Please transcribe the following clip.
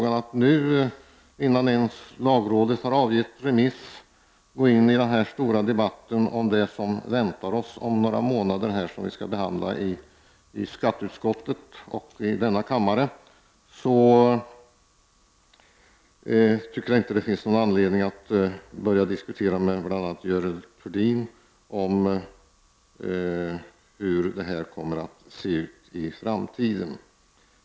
Att nu, innan ens lagrådet har avgivit remiss, gå in i en stor debatt om det som väntar oss om några månader — det som vi skall behandla i skatteutskottet och i denna kammare — tycker jag inte det finns någon anledning till. Därför skall jag inte börja diskutera med bl.a. Görel Thurdin om hur det kommer att se ut i framtiden.